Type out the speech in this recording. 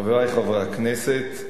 חברי חברי הכנסת,